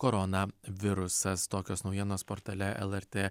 koronavirusas tokios naujienos portale lrt